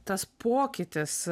tas pokytis